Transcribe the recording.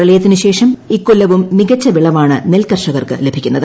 പ്രളയത്തിനുശേഷം ഇക്കൊല്ലവും മികച്ച വിളവാണ് നെൽ കർഷകർക്ക് ലഭിക്കുന്നത്